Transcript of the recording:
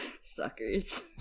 suckers